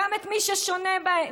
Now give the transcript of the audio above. גם את מי ששונה מהם.